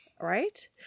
Right